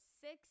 six